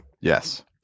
Yes